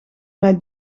mij